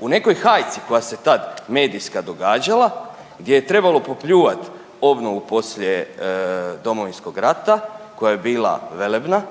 U nekoj hajci koja se tad medijska događala, gdje je trebalo popljuvati obnovu poslije Domovinskog rata koja je bila velebna